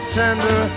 tender